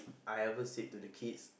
I ever sit to the kids